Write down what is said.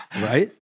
Right